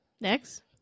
Next